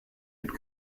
had